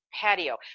patio